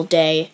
day